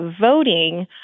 voting